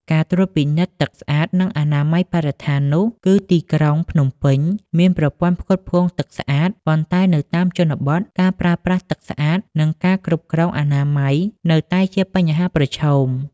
ការត្រួតពិនិត្យទឹកស្អាត និងអនាម័យបរិស្ថាននោះ គឺទីក្រុងភ្នំពេញមានប្រព័ន្ធផ្គត់ផ្គង់ទឹកស្អាត ប៉ុន្តែនៅតាមជនបទ ការប្រើប្រាស់ទឹកស្អាត និងការគ្រប់គ្រងអនាម័យនៅតែជាបញ្ហាប្រឈម។